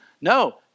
No